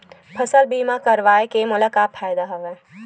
फसल बीमा करवाय के मोला का फ़ायदा हवय?